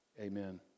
Amen